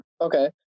okay